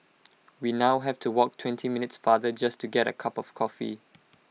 we now have to walk twenty minutes farther just to get A cup of coffee